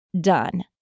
done